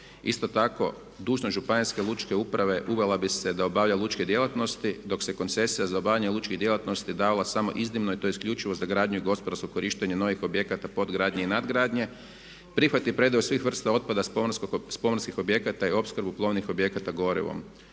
Isto tako dužnost Županijske lučke uprave uvela bi se da obavlja lučke djelatnosti dok se koncesija za obavljanje lučkih djelatnosti dala samo iznimno i to isključivo za gradnju i gospodarsko korištenje novih objekata podgradnje i nadgradnje. Prihvat i predaju svih vrsta otpada s pomorskih objekata i opskrbu plovnih objekata gorivom.